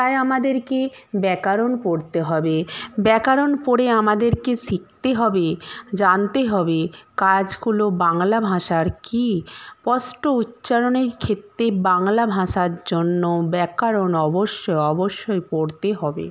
তাই আমাদেরকে ব্যাকরণ পড়তে হবে ব্যাকরণ পড়ে আমাদেরকে শিখতে হবে জানতে হবে কাজগুলো বাংলা ভাষার কী স্পষ্ট উচ্চারণের ক্ষেত্রে বাংলা ভাষার জন্য ব্যাকরণ অবশ্যই অবশ্যই পড়তে হবে